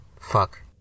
Fuck